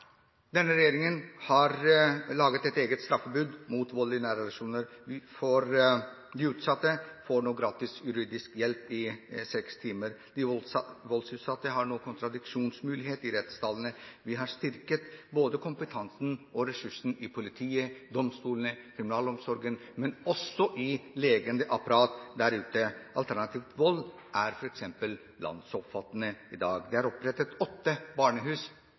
denne regjeringen har laget et eget straffebud mot vold i nære relasjoner, for de som er utsatt får nå gratis juridisk hjelp i seks timer. De voldsutsatte har nå kontradiksjonsmulighet i rettssalene. Vi har styrket kompetansen og ressursene i politiet, i domstolene, i kriminalomsorgen og i hjelpeapparat der ute – stiftelsen Alternativ til Vold er f.eks. landsomfattende i dag. Det er opprettet åtte barnehus.